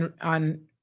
on